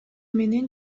менен